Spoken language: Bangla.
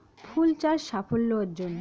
ফুল চাষ সাফল্য অর্জন?